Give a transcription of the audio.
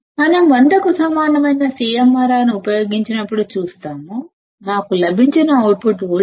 మనం 100 కు సమానమైన CMRR ను ఉపయోగించినప్పుడు చూస్తాము మనకు లభించిన అవుట్పుట్ వోల్టేజ్ 313